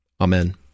Amen